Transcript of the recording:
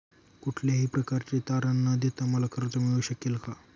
कुठल्याही प्रकारचे तारण न देता मला कर्ज मिळू शकेल काय?